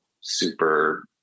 super